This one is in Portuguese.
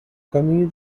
carrinho